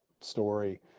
story